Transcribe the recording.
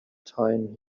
time